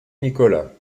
nicolas